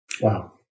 Wow